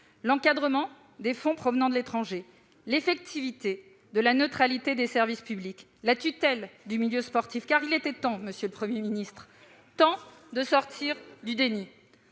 l'encadrement des fonds provenant de l'étranger, l'effectivité de la neutralité des services publics et la tutelle du milieu sportif ; il était temps, monsieur le Premier ministre, de sortir du déni.